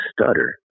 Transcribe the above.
stutter